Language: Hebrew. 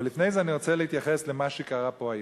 אבל לפני זה אני רוצה להתייחס למה שקרה פה היום.